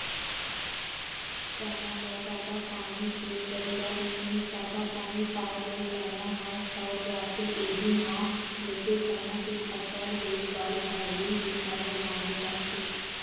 चना ल जादा पानी के जरुरत नइ हे जादा पानी पाए ले चना ह सड़ जाथे उहीं नांव लेके चना के फसल लेए बर भर्री ही बने माने जाथे